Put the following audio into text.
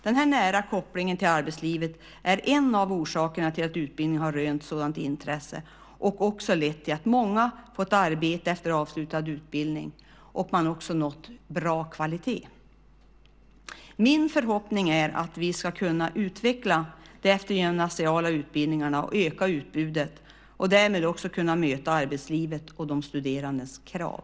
Denna nära koppling till arbetslivet är en av orsakerna till att utbildningen har rönt sådant intresse och lett till att många fått arbete efter avslutad utbildning och också till att man har nått bra kvalitet. Min förhoppning är att vi ska kunna utveckla de eftergymnasiala utbildningarna, öka utbudet och därmed också kunnat möta arbetslivets och de studerandes krav.